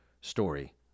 story